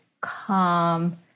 calm